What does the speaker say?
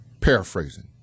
paraphrasing